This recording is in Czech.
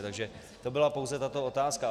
Takže to byla pouze tato otázka.